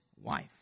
wife